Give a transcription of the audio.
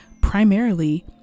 primarily